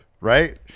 right